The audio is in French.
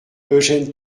eugène